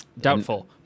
Doubtful